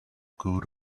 good